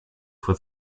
for